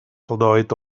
lloyd